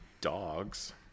dogs